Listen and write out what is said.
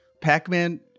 Pac-Man